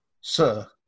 sir